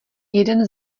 jeden